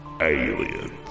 Aliens